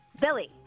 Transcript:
Billy